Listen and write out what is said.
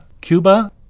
Cuba